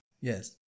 Yes